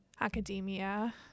academia